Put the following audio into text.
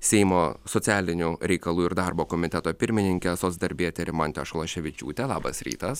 seimo socialinių reikalų ir darbo komiteto pirmininkę darbietę rimantę šalaševičiūtę labas rytas